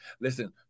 Listen